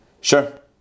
Sure